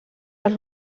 els